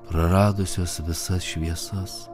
praradusios visas šviesas